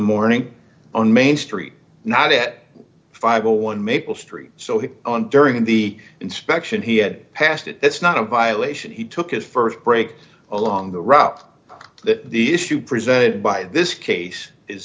morning on main street not at five hundred and one maple street so he on during the inspection he had passed it that's not a violation he took his st break along the route that the issue presented by this case is